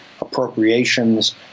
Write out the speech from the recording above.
appropriations